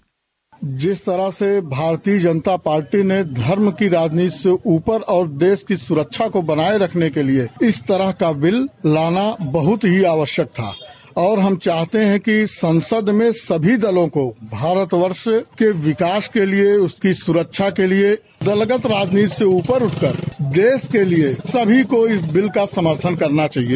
bite जिस तरह से भारतीय जनता पार्टी ने धर्म की राजनीति से ऊपर और देश की सुरक्षा को बनाये रखने के लिए इस तरह का बिल लाना बहुत ही आवश्यक था और हम चाहते हैं कि संसद में सभी दलों को भारत वर्ष के विकास के लिए उसकी सुरक्षा क लिए दलगत राजनीति से ऊपर उठकर देश के लिए सभी को इस बिल का समर्थन करना चाहिए